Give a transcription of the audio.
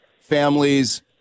families